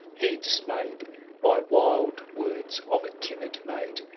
he dismayed by wald words of a timid maid!